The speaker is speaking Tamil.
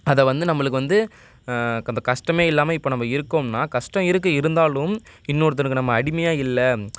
அதை வந்து நம்பளுக்கு வந்து க அந்த கஷ்டமே இல்லாமல் இப்போ நம்ப இருக்கோம்னால் கஷ்டம் இருக்குது இருந்தாலும் இன்னோருத்தனுக்கு நம்ம அடிமையாக இல்லை